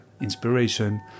inspiration